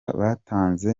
batanze